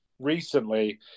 recently